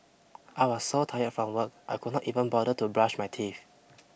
I was so tired from work I could not even bother to brush my teeth